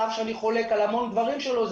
על אף שאני חולק על הרבה דברים שלו.